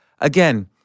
again